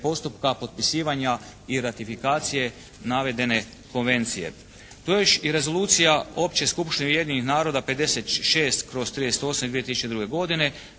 postupka potpisivanja i ratifikacije navedene konvencije. Tu je još i Rezolucija Opće skupštine Ujedinjenih naroda 56/38 iz 2002. godine